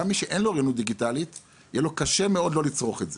מי שאין לו אוריינות דיגיטלית יהיה לו קשה מאוד לא לצרוך את זה,